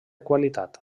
qualitat